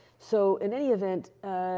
so, in any event,